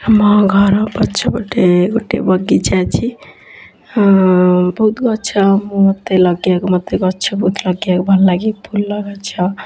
ଆମ ଘର ପଛପଟେ ଗୋଟେ ବଗିଚା ଅଛି ହଁ ବହୁତ ଗଛ ମୋତେ ଲଗେଇବାକୁ ମୋତେ ଗଛ ବହୁତ ଲଗେଇବାକୁ ଭଲ ଲାଗେ ଫୁଲଗଛ